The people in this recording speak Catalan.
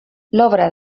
l’obra